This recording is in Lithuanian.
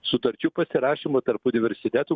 sutarčių pasirašymą tarp universitetų